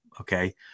Okay